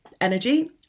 energy